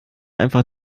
einfach